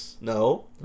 No